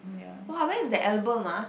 !wah! where is the album ah